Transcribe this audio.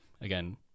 again